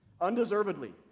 undeservedly